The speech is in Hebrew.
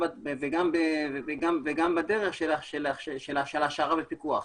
וגם בדרך של השארה בפיקוח.